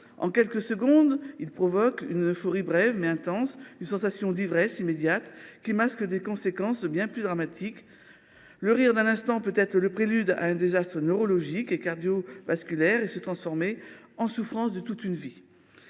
En quelques secondes, il provoque une euphorie brève, mais intense, une sensation d’ivresse immédiate qui masque des conséquences potentiellement dramatiques. Le rire d’un instant peut être le prélude à un désastre neurologique et cardiovasculaire et se transformer en souffrance de toute une vie.